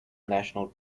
national